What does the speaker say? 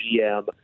GM